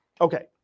Okay